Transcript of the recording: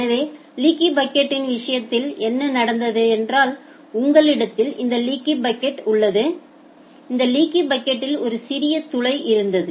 எனவே லீக்கி பக்கெட்யின் விஷயத்தில் என்ன நடந்தது என்றால்உங்களிடத்தில் இந்த லீக்கி பக்கெட் உள்ளது இந்த லீக்கி பக்கெட்யில் ஒரு சிறிய துளை இருந்தது